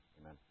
Amen